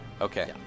Okay